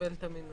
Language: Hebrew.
לקבל את המינוי.